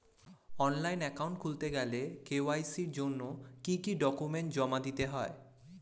Online account খুলতে গেলে KYC জন্য কি কি ডকুমেন্ট জমা দিতে হবে?